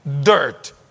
dirt